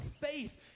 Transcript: faith